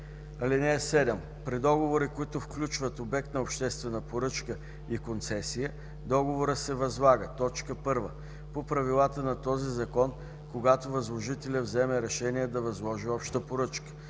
(7) При договори, които включват обект на обществена поръчка и концесия, договорът се възлага: 1. по правилата на този Закон, когато възложителят вземе решение да възложи обща поръчка;